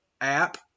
app